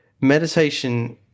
meditation